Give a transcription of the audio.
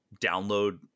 download